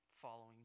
following